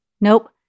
nope